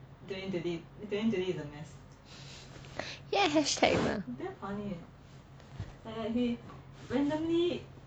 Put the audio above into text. he had hashtags ah